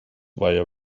via